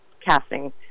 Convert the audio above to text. casting